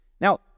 Now